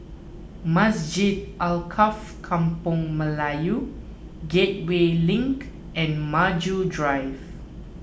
Masjid Alkaff Kampung Melayu Gateway Link and Maju Drive